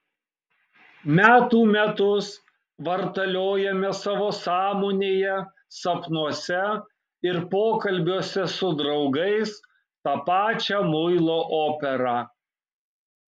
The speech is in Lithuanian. metų metus vartaliojame savo sąmonėje sapnuose ir pokalbiuose su draugais tą pačią muilo operą